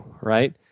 right